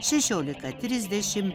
šešiolika trisdešimt